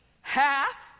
half